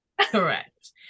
Correct